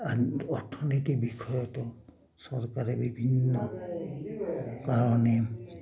অৰ্থনীতিৰ বিষয়তো চৰকাৰে বিভিন্ন কাৰণে